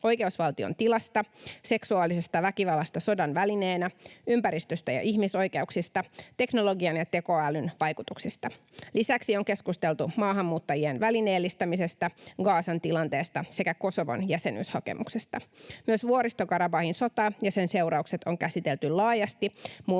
oikeusvaltion tilasta, seksuaalisesta väkivallasta sodan välineenä, ympäristöstä ja ihmisoikeuksista sekä teknologian ja tekoälyn vaikutuksista. Lisäksi on keskusteltu maahanmuuttajien välineellistämisestä, Gazan tilanteesta sekä Kosovon jäsenyyshakemuksesta. Myös Vuoristo-Karabahin sotaa ja sen seurauksia on käsitelty laajasti